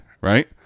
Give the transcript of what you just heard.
right